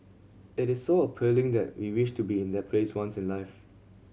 it is so appealing that we wish to be in that place once in life